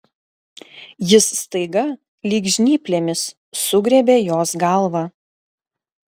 jis staiga lyg žnyplėmis sugriebė jos galvą